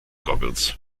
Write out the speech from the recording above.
goggles